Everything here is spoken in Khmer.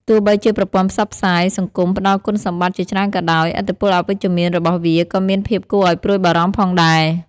ទោះបីជាប្រព័ន្ធផ្សព្វផ្សាយសង្គមផ្តល់គុណសម្បត្តិជាច្រើនក៏ដោយ ឥទ្ធិពលអវិជ្ជមានរបស់វាក៏មានភាពគួរឲ្យព្រួយបារម្ភផងដែរ។